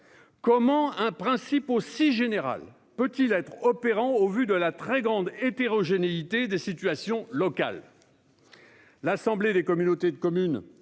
Comment un principe aussi général peut-il être opérant au vu de la très grande hétérogénéité des situations locales ? L'Assemblée des communautés de France